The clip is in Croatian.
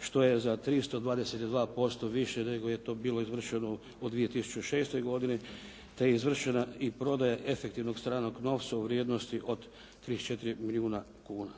što je za 322% više nego što je to bilo izvršeno u 2006. godini te je izvršena i prodaja efektivnog stranog novca u vrijednosti od 34 milijuna kuna.